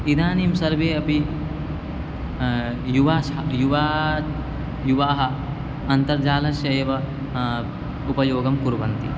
इदानीं सर्वे अपि युवाः श युवाः युवाः अन्तर्जालस्य एव उपयोगं कुर्वन्ति